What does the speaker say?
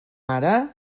ara